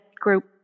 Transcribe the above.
group